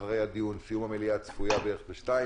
סיום המליאה צפוי בערך ב-14:00,